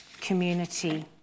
community